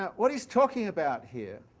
what he's talking about here